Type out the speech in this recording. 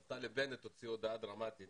נפתלי בנט, הוציא הודעה דרמטית